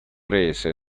rese